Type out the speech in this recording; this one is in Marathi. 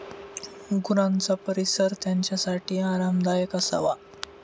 गुरांचा परिसर त्यांच्यासाठी आरामदायक असावा